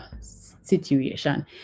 situation